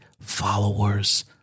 followers